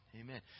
Amen